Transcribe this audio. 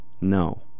No